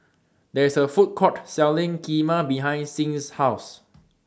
There IS A Food Court Selling Kheema behind Sing's House